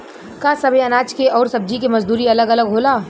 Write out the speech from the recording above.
का सबे अनाज के अउर सब्ज़ी के मजदूरी अलग अलग होला?